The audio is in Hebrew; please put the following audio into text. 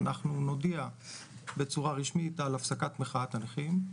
אנחנו נודיע בצורה רשמית על הפסקת מחאת הנכים.